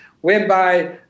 whereby